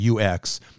UX